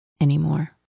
anymore